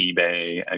eBay